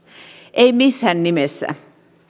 ei missään nimessä